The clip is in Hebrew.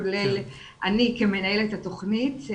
כולל אני כמנהלת התוכנית.